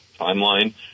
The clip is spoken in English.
timeline